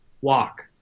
walk